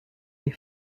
des